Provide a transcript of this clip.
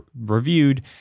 reviewed